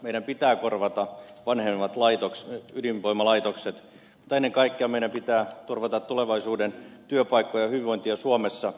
meidän pitää korvata vanhenevat ydinvoimalaitokset mutta ennen kaikkea meidän pitää turvata tulevaisuuden työpaikkoja ja hyvinvointia suomessa